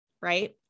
right